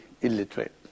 illiterate